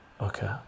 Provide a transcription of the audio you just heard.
Okay